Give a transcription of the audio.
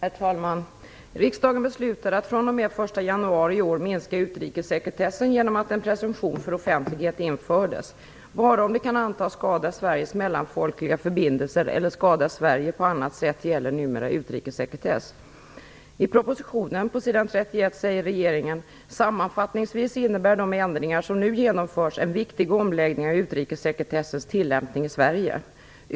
Herr talman! Riksdagen har beslutat att fr.o.m. den 1 januari i år minska utrikessekretessen genom att en presumtion för offentlighet införts. Bara om det kan antas skada Sveriges mellanfolkliga förbindelser eller skada Sverige på annat sätt gäller numera utrikessekretess. "Sammanfattningsvis innebär de ändringar som nu genomförs en viktig omläggning av utrikessekretessens tillämpning i Sverige.